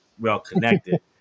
well-connected